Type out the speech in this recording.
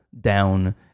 down